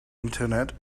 internet